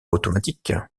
automatique